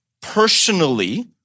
personally